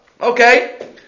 Okay